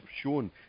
shown